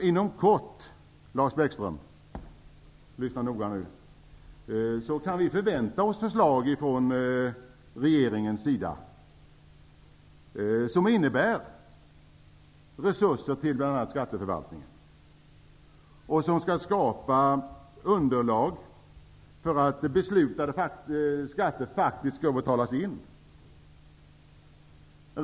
Inom kort, Lars Bäckström, kan vi förvänta oss förslag från regeringen som innebär resurser till bl.a. skatteförvaltningen. De skall skapa underlag för att beslutade skatter faktiskt betalas in.